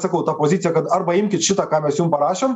sakau ta pozicija kad arba imkit šitą ką mes jum parašėm